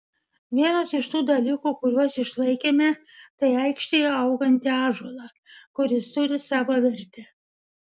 vienas iš tų dalykų kuriuos išlaikėme tai aikštėje augantį ąžuolą kuris turi savo vertę